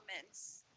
comments